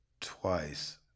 twice